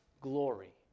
glory